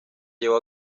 llevó